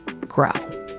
grow